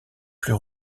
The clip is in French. plus